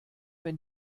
wenn